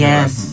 Yes